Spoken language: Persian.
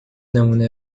نمونه